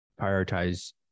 prioritize